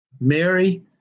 Mary